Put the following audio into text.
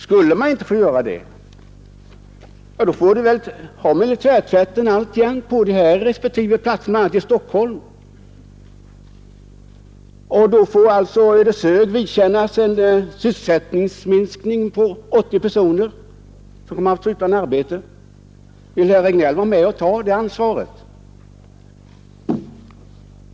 Skulle man inte få göra det, kommer militärtvätten alltjämt att få ligga kvar på respektive platser bl.a. i Stockholm, och då får alltså Ödeshög vidkännas en sysselsättningsminskning för 80 personer som blir utan arbete. Vill herr Regnéll vara med och ta ansvaret för det?